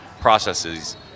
processes